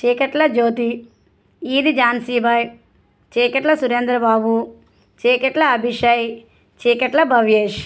Cheekatla Jyothi Eedi Jhansibai Cheekatla Surendrababu Cheekatla Abhishay Cheekatla Bhavyesh